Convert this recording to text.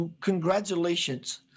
Congratulations